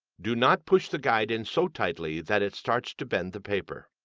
do not push the guide in so tightly that it starts to bend the paper.